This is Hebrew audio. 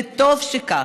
וטוב שכך,